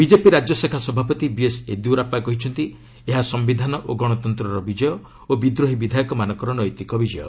BJP ରାଜ୍ୟଶାଖା ସଭାପତି BS Yediyurappa କହିଛନ୍ତି ଏହା ସମ୍ଭିଧାନ ଓ ଗଣତନ୍ତ୍ର ବିଜୟ ଓ ବିଦ୍ରୋହୀ ବିଧାୟକମାନଙ୍କର ନୈତିକ ବିଜୟ